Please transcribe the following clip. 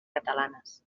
catalanes